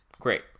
great